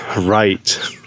right